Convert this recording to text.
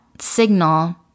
signal